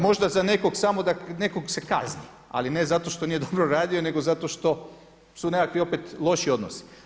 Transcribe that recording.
Možda za nekog, samo da nekog se kazni ali ne zato što nije dobro radio nego zašto što su nekakvi opet loši odnosi.